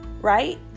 Right